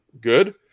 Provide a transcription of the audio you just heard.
Good